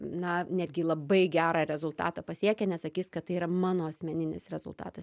na netgi labai gerą rezultatą pasiekę nesakys kad tai yra mano asmeninis rezultatas